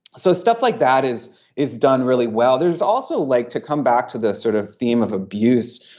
so stuff like that is it's done really well there's also like to come back to this sort of theme of abuse.